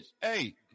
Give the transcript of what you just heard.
Hey